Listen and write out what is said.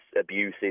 abusive